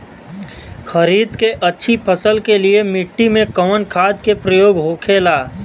खरीद के अच्छी फसल के लिए मिट्टी में कवन खाद के प्रयोग होखेला?